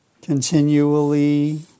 continually